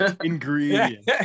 ingredients